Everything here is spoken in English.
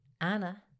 Anna